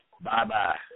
Bye-bye